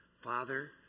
Father